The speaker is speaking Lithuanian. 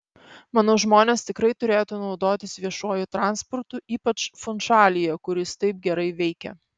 manau žmonės tikrai turėtų naudotis viešuoju transportu ypač funšalyje kur jis taip gerai veikia